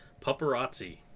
Paparazzi